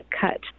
cut